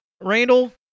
Randall